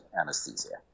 anesthesia